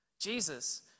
Jesus